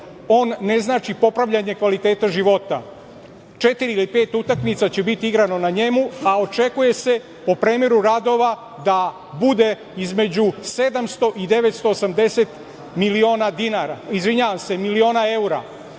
on ne znači popravljanje kvaliteta života. Četiri ili pet utakmica će biti igrano na njemu, a očekuje se po premeru radova da bude između 700 i 980 miliona evra. Kada biste taj